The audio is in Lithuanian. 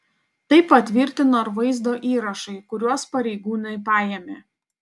tai patvirtino ir vaizdo įrašai kuriuos pareigūnai paėmė